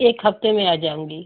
एक हफ्ते में आ जाऊँगी